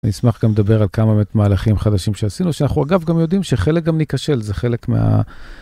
נשמח גם לדבר על כמה, באמת, מהלכים חדשים שעשינו, שאנחנו, אגב, גם יודעים שחלק גם ניכשל, זה חלק מה...